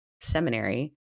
seminary